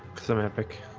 some epic.